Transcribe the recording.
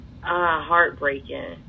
heartbreaking